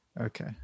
Okay